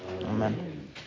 Amen